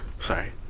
Sorry